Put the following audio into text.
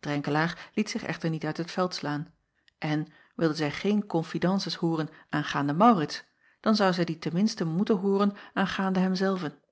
renkelaer liet zich echter niet uit het veld slaan en wilde zij geen confidences hooren aangaande aurits dan zou zij die ten minste moeten hooren aangaande hem zelven